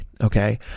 Okay